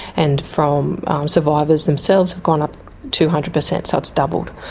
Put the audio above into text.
and from survivors themselves have gone up two hundred percent, so it's doubled.